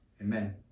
Amen